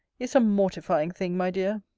is a mortifying thing, my dear.